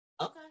Okay